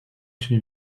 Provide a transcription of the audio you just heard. się